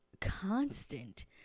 constant